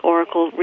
Oracle